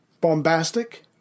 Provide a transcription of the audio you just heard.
Bombastic